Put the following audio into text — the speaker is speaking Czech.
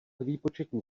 výpočetní